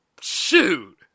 shoot